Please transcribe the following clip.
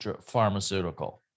pharmaceutical